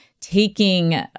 taking